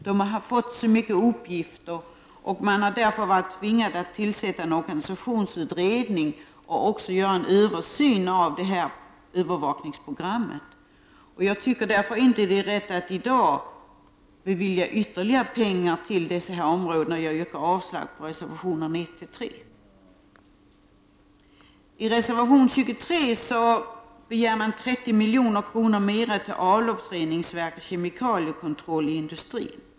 Verket har fått så mycket uppgifter att man varit tvungen att tillsätta en organisationsutredning och också göra en översyn av övervakningsprogrammet. Jag tycker därför inte att det är rätt att i dag bevilja ytterligare pengar till dessa områden, och jag yrkar avslag på reservationerna 1-3. I reservation 23 begärs 30 milj.kr. mera till avloppsreningsverk och kemikaliekontroll i industrin.